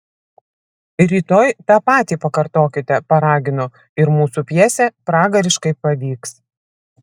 rytoj tą patį pakartokite paragino ir mūsų pjesė pragariškai pavyks